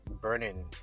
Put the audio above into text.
burning